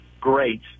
great